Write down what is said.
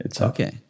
Okay